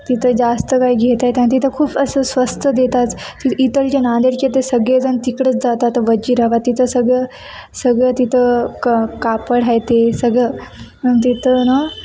तिथं जास्त काही घेता येत आणि तिथं खूप असं स्वस्त देतात इथलच्या नांदेडचे ते सगळेजण तिकडंच जातात वजिराबाद तिथं सगळं सगळं तिथं क कापड आहे ते सगळं आणि तिथं ना